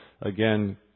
again